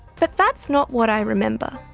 but that's not what i remember.